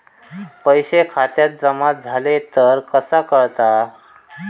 पैसे खात्यात जमा झाले तर कसा कळता?